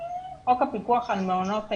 חוק הפיקוח על מעונות היום,